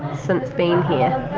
since being here.